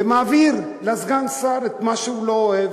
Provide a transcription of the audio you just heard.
הוא מעביר לסגן שר את מה שהוא לא אוהב,